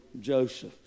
Joseph